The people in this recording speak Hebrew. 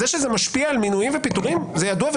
זה שזה משפיע על מינויים ופיטורים זה ידוע,